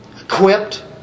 equipped